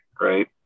right